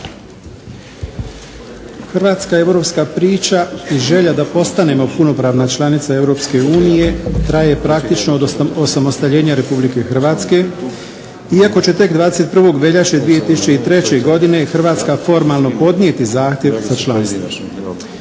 Hrvatska europska priča i želja da postanemo punopravna članica EU traje praktično od osamostaljenja RH iako će tek 21. veljače 2003. godine Hrvatska formalno podnijeti zahtjev za članstvo.